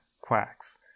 quacks